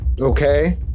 Okay